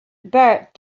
bert